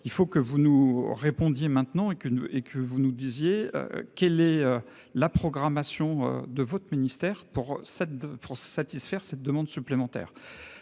Il faut que vous nous répondiez maintenant et que vous nous disiez quelle est la programmation de votre ministère pour satisfaire cette demande supplémentaire.